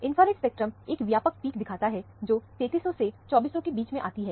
infrared spectrum एक व्यापक peak दिखाता है जो 3300 से 2400 के बीच में आती है